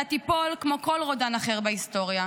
אתה תיפול כמו כל רודן אחר בהיסטוריה.